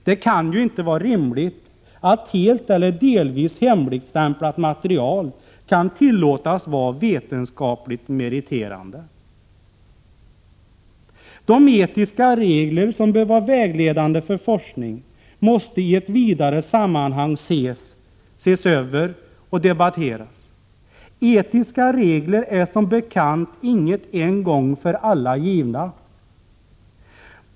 Det kan inte vara rimligt att helt eller delvis hemligstämplat material tillåts vara vetenskapligt meriterande. De etiska regler som bör vara vägledande för forskning måste i ett vidare sammanhang ses över och debatteras. Etiska regler är som bekant inte en gång för alla givna.